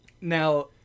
now